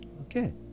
Okay